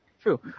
True